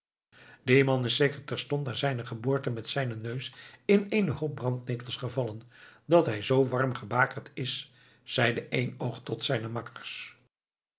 die man is zeker terstond na zijne geboorte met zijnen neus in eenen hoop brandnetels gevallen dat hij zoo warm gebakerd is zeide eenoog tot zijne makkers